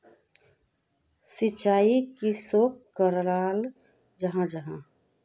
सिंचाई किसोक कराल जाहा जाहा?